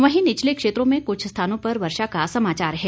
वहीं निचले क्षंत्रों में कुछ स्थानों पर वर्षा का समाचार है